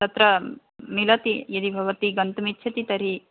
तत्र मिलति यदि भवती गन्तुम् इच्छति तर्हि